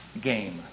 game